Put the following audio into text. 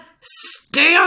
stand